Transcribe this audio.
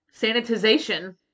Sanitization